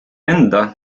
enda